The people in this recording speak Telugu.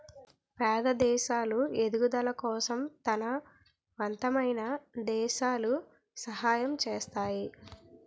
పేద దేశాలు ఎదుగుదల కోసం తనవంతమైన దేశాలు సహాయం చేస్తాయి